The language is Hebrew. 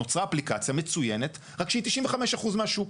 נוצרה אפליקציה מצוינת, רק שהיא 95% מהשוק.